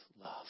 love